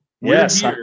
Yes